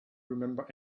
remember